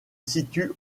situent